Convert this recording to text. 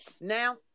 now